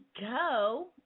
go